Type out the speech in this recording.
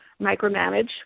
micromanage